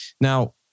Now